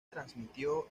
transmitió